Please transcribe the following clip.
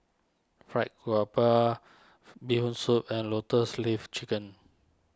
Fried Garoupa Bee Hoon Soup and Lotus Leaf Chicken